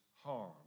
harm